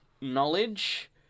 knowledge